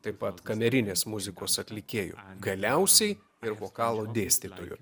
taip pat kamerinės muzikos atlikėjų galiausiai ir vokalo dėstytojų